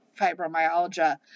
fibromyalgia